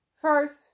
First